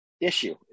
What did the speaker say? issue